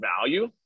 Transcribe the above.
value